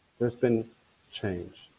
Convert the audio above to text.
there's been change.